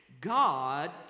God